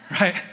Right